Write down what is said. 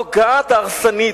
הפוגעת, ההרסנית,